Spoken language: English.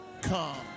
come